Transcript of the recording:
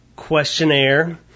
questionnaire